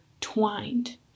Twined